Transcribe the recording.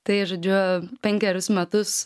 tai žodžiu penkerius metus